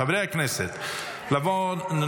אני קובע כי הצעת חוק מגבלות על חזרתו של